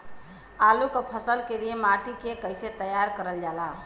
आलू क फसल के लिए माटी के कैसे तैयार करल जाला?